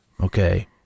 okay